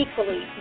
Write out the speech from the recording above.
equally